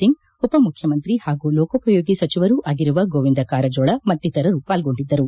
ಸಿಂಗ್ ಉಪಮುಖ್ಯಮಂತ್ರಿ ಹಾಗೂ ಲೋಕೋಪಯೋಗಿ ಸಚಿವರೂ ಆಗಿರುವ ಗೋವಿಂದ ಕಾರಜೋಳ ಮತ್ತಿತರರು ಪಾಲ್ಗೊಂಡಿದ್ದರು